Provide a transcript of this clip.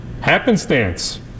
happenstance